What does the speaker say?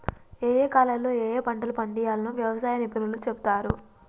ఏయే కాలాల్లో ఏయే పంటలు పండియ్యాల్నో వ్యవసాయ నిపుణులు చెపుతారు